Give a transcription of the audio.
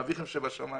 אביכם שבשמים.